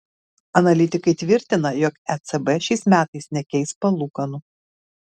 analitikai tvirtina jog ecb šiais metais nekeis palūkanų